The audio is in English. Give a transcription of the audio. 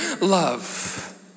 love